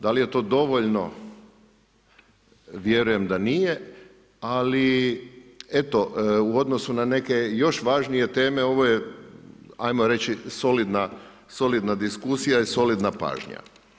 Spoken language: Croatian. Da li je to dovoljno, vjerujem da nije, ali eto, u odnosu na neke još važnije teme ovo ajmo reći, solidna diskusija i solidna pažnja.